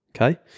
Okay